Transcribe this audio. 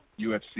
UFC